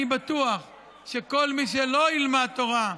אני בטוח שכל מי שלא ילמד תורה,